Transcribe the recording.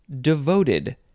devoted